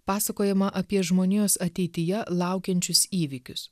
pasakojama apie žmonijos ateityje laukiančius įvykius